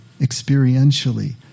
experientially